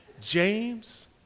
James